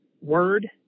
word